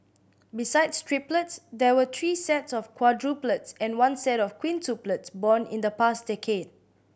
besides triplets there were three sets of quadruplets and one set of quintuplets born in the past decade